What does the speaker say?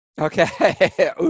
Okay